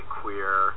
queer